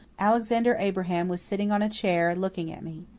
alexander abraham was sitting on a chair looking at me.